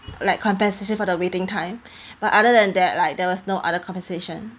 like compensation for the waiting time but other than that like there was no other compensation